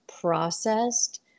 processed